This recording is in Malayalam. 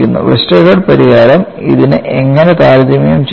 വെസ്റ്റർഗാർഡ് പരിഹാരം ഇതിനെ എങ്ങനെ താരതമ്യം ചെയ്യുന്നു